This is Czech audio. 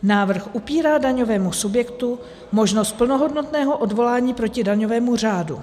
Návrh upírá daňovému subjektu možnost plnohodnotného odvolání proti daňovému řádu.